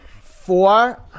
Four